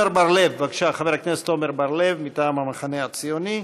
חבר הכנסת עמר בר-לב מטעם המחנה הציוני.